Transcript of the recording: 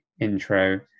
intro